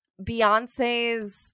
Beyonce's